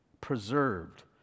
preserved